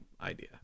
idea